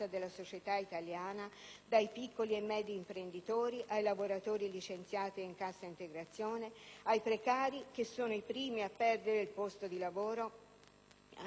dai piccoli e medi imprenditori ai lavoratori licenziati o in cassa integrazione, ai precari (che sono i primi a perdere il posto di lavoro), alle famiglie e ai pensionati.